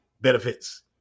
benefits